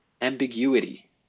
ambiguity